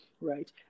right